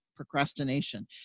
procrastination